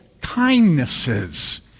kindnesses